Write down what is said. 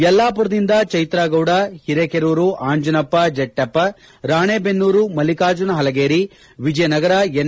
ಯಲ್ಲಾಪುರದಿಂದ Chaitra Gowda Hirekerur Anjanappa Jattappa Ranebennur Mallikarjuna Halageri Vijayanagara N